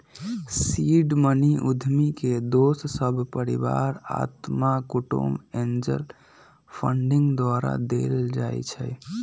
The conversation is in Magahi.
सीड मनी उद्यमी के दोस सभ, परिवार, अत्मा कुटूम्ब, एंजल फंडिंग द्वारा देल जाइ छइ